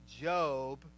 Job